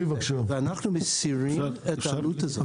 ואנחנו מסירים את העלות הזאת.